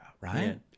right